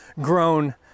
grown